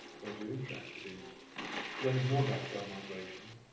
so if you're interested in learning more about child migration,